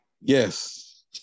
Yes